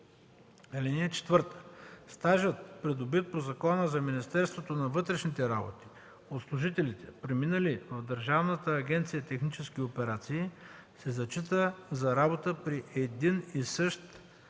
изпитване. (4) Стажът, придобит по Закона за Министерството на вътрешните работи, от служителите, преминали в Държавната агенция „Технически операции”, се зачита за работа при един и същ орган